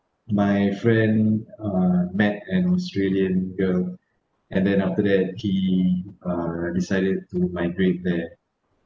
my friend uh met and australian girl and then after that he uh decided to migrate there